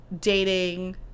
dating